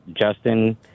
Justin